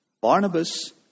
Barnabas